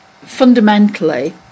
fundamentally